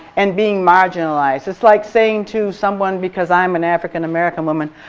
and being marginalized. it's like saying to someone because i'm an african american woman,